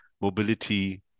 mobility